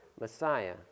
Messiah